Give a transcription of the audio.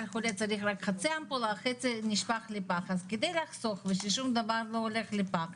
כדי לחסוך וששום דבר לא ייזרק,